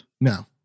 No